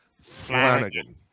Flanagan